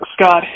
Scott